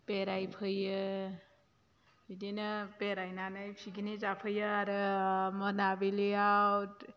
बेरायफैयो बिदिनो बेरायनानै पिकनिक जाफैयो आरो मोनाबिलिआव